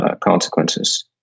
consequences